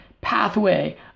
pathway